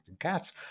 cats